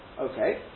Okay